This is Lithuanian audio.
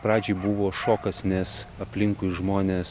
pradžiai buvo šokas nes aplinkui žmonės